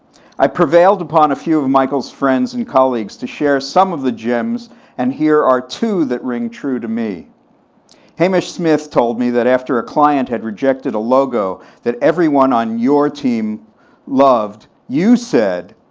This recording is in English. i prevailed upon a few of michael's friends and colleagues to share some of the gems and here are two that ring true to me hamish smith told me that after a client had rejected a logo that everyone on your team loved, you said,